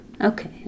Okay